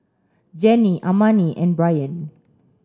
Jenny Amani and Brian